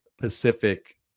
Pacific